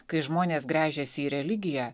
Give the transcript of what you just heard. kai žmonės gręžiasi į religiją